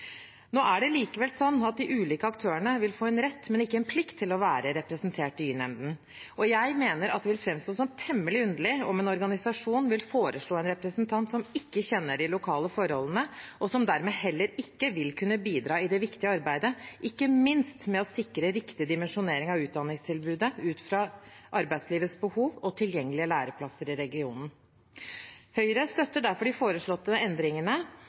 Nå er det likevel sånn at de ulike aktørene vil få en rett, men ikke en plikt, til å være representert i y-nemnden. Jeg mener det vil framstå som temmelig underlig om en organisasjon vil foreslå en representant som ikke kjenner de lokale forholdene, og som dermed heller ikke vil kunne bidra i det viktige arbeidet, ikke minst med å sikre riktig dimensjonering av utdanningstilbudet ut fra arbeidslivets behov og tilgjengelige læreplasser i regionen. Høyre støtter derfor de foreslåtte endringene